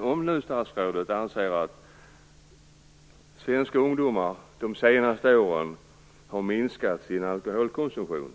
Om nu statsrådet anser att svenska ungdomar under de senaste åren har minskat sin alkoholkonsumtion